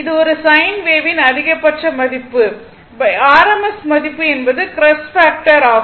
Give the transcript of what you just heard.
இது ஒரு சைன் வேவின் அதிகபட்ச மதிப்பு ஆர்எம்எஸ் மதிப்பு என்பது க்ரெஸ்ட் பாக்டர் ஆகும்